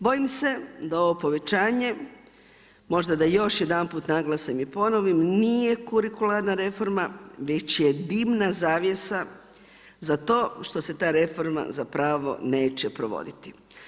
Bojim se da ovo povećanje možda da još jedanput naglasim i ponovim nije kurikularna reforma već je dimna zavjesa za to što se ta reforma zapravo neće provoditi.